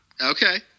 Okay